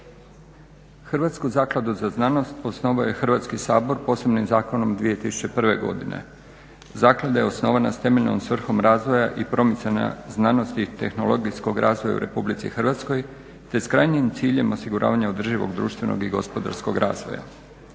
Hrvatsku zakladu za znanost osnovao je Hrvatski sabor posebnim zakonom 2001.godine. zaklada je osnovana s temeljenom svrhom razvoja i promicanja znanosti, tehnologijskog razvoja u RH, te s krajnjim ciljem osiguravanja održivog društvenog i gospodarskog razvoja.